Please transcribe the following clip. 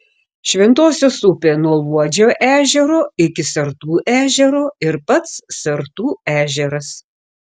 šventosios upė nuo luodžio ežero iki sartų ežero ir pats sartų ežeras